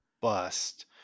bust